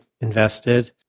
invested